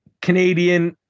Canadian